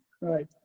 right